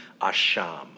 asham